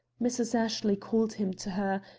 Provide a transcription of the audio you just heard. mrs. ashley called him to her,